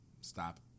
stop